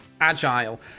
Agile